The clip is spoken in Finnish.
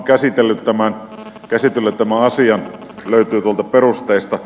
keskusjärjestöthän ovat käsitelleet tämän asian löytyy tuolta perusteista